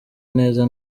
neza